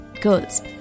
girls